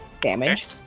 damage